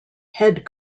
head